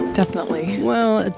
definitely. well,